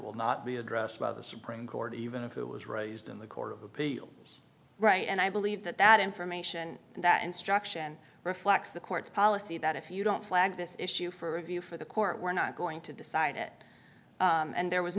will not be addressed by the supreme court even if it was raised in the court of appeal right and i believe that that information and that instruction reflects the court's policy that if you don't flag this issue for review for the court we're not going to decide it and there was